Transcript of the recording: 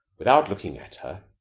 without looking at her,